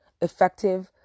Effective